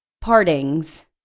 partings